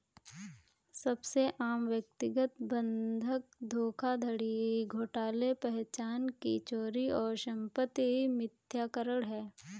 सबसे आम व्यक्तिगत बंधक धोखाधड़ी घोटाले पहचान की चोरी और संपत्ति मिथ्याकरण है